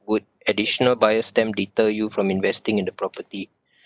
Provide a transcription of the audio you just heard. would additional buyer's stamp deter you from investing in the property